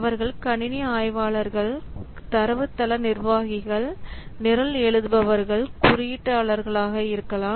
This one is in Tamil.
அவர்கள் கணினி ஆய்வாளர்கள் தரவுத்தள நிர்வாகிகள் நிரல் எழுதுபவர்கள் குறியீட்டாளர்களாக இருக்கலாம்